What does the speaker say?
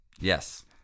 Yes